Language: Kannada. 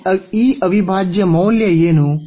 ಇಲ್ಲಿ ಈ ಅವಿಭಾಜ್ಯ ಮೌಲ್ಯ ಏನು